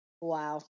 Wow